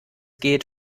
geht